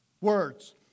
Words